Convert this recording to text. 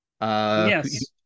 yes